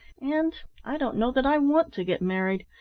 and i don't know that i want to get married.